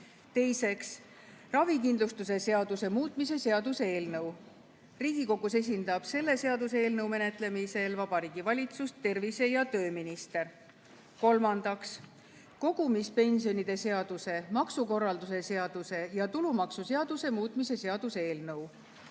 Teiseks, ravikindlustuse seaduse muutmise seaduse eelnõu. Riigikogus esindab selle seaduseelnõu menetlemisel Vabariigi Valitsust tervise- ja tööminister. Kolmandaks, kogumispensionide seaduse, maksukorralduse seaduse ja tulumaksuseaduse muutmise seaduse eelnõu.